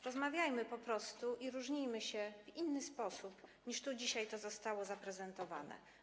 Rozmawiajmy po prostu i różnijmy się w inny sposób, niż tu dzisiaj to zostało zaprezentowane.